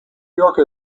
york